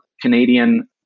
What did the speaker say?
Canadian